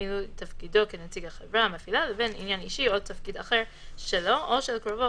הזה או למנוע עבירות סמים או רכוש או דברים